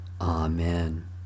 Amen